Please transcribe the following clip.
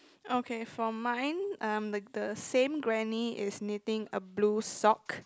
okay from mind the same granny is needing a blue sock